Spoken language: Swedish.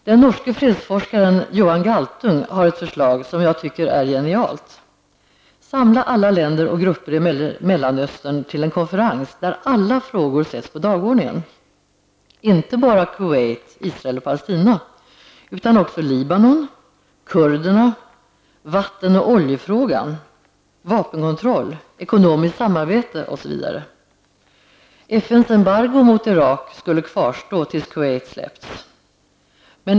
Den norske fredsforskaren Johan Galtung har ett förslag som jag tycker är genialt: Samla alla länder och grupper i Mellanöstern till en konferens, där alla frågor sätts på dagordningen, inte bara Kuwait, Israel och Palestina utan också Libanon, kurderna, vatten och oljefrågan, vapenkontroll, ekonomiskt samarbete osv. FNs embargo mot Irak skulle kvarstå tills Kuwait släppts.